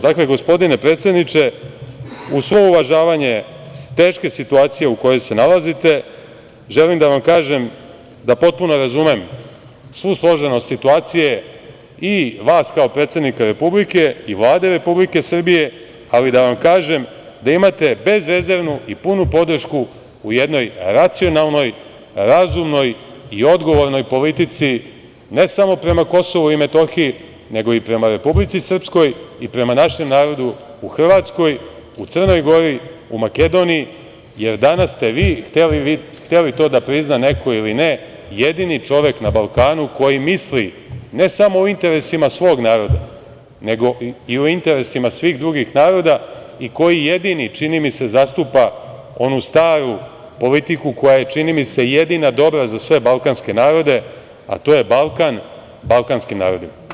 Dakle, gospodine predsedniče uz svo uvažavanje teške situacije u kojoj se nalazite, želim da vam kažem da potpuno razumem svu složenost situacije i vas kao predsednika Republike i Vlade Republike Srbije, ali da vam kažem da imate bezrezervnu i punu podršku u jednoj racionalnoj, razumnoj i odgovornoj politici, ne samo prema Kosovu i Metohiji, nego i prema Republici Srpskoj i prema našem narodu u Hrvatskoj, u Crnoj Gori, u Makedoniji, jer danas ste vi, hteo to da prizna neko ili ne, jedini čovek na Balkanu koji misli, ne samo o interesima svog naroda, nego i o interesima svih drugih naroda i koji jedini čini mi se zastupa onu staru politiku koja je čini mi se jedina dobra za sve balkanske narode, a to je Balkan balkanskim narodima.